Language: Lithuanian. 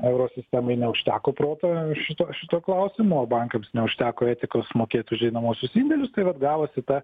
euro sistemai neužteko proto šituo šituo klausimu o bankams neužteko etikos mokėt už einamuosius indelius tai vat gavosi ta